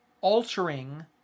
altering